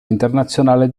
internazionale